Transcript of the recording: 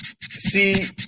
See